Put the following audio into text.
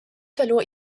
verlor